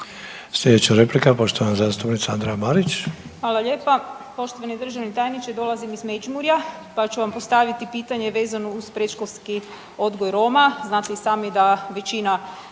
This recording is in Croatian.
Sljedeća replika, poštovana zastupnica Anka Mrak